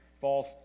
false